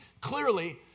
clearly